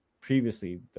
previously